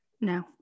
No